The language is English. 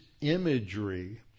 imagery